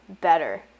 better